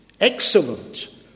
excellent